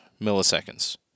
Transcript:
milliseconds